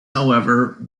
however